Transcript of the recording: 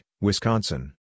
Wisconsin